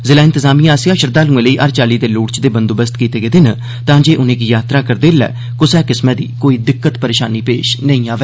जिला इंतजामिया आसेआ श्रद्वालुएं लेई हर चाल्ली दे लोड़चदे बंदोबस्त कीते गेदे न तांजे उनें'गी यात्रा करदे'लै क्सा किस्मै दी कोई दिक्कत परेशानी नेई होऐ